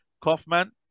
Kaufman